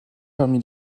parmi